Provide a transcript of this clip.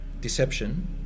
Deception